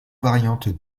variantes